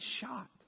shot